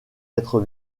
être